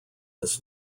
this